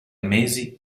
mesi